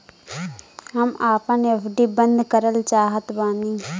हम आपन एफ.डी बंद करल चाहत बानी